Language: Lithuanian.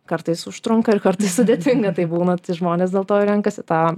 kartais užtrunka ir kartais sudėtinga tai būna tai žmonės dėl to renkasi tą